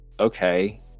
Okay